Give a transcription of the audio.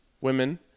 women